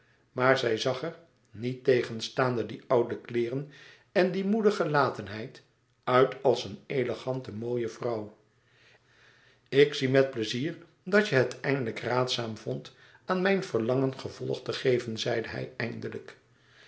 maar zij zag er niettegenstaande die oude kleêren en die moede gelatenheid uit als een elegante mooie vrouw ik zie met pleizier dat je het eindelijk raadzaam vondt aan mijn verlangen gevolg te geven zeide hij eindelijk